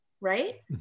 right